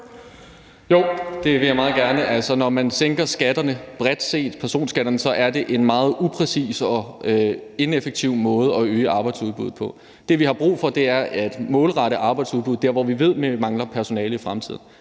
Jo, det vil jeg meget gerne. Når man sænker skatterne, personskatterne, bredt set, så er det en meget upræcis og ineffektiv måde at øge arbejdsudbuddet på. Det, vi har brug for, er at målrette arbejdsudbuddet dér, hvor vi ved vi mangler personale i fremtiden.